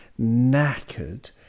knackered